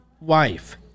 wife